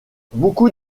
beaucoup